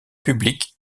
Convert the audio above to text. publique